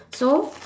so